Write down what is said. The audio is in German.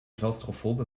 klaustrophobe